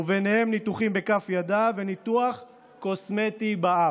ובהם ניתוחים בכף ידה וניתוח קוסמטי באף.